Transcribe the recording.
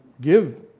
give